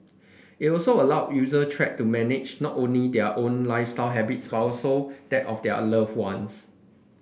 it also allow user track to manage not only their own lifestyle habits but also that of their love ones